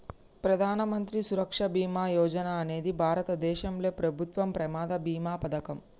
ప్రధాన మంత్రి సురక్ష బీమా యోజన అనేది భారతదేశంలో ప్రభుత్వం ప్రమాద బీమా పథకం